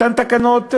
אותן תקנות תבוטלנה.